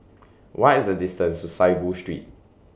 What IS The distance to Saiboo Street